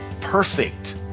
perfect